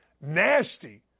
nasty